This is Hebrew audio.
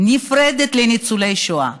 נפרדת לניצולי שואה,